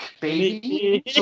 baby